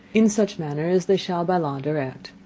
in such manner as they shall by law direct.